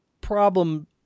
problem